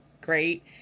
great